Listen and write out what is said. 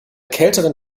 kälteren